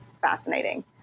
fascinating